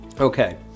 Okay